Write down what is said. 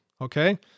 Okay